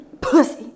Pussy